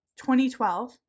2012